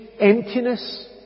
emptiness